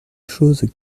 chose